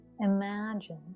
imagine